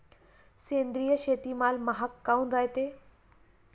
सेंद्रिय शेतीमाल महाग काऊन रायते?